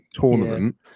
tournament